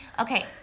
Okay